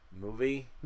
movie